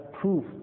proof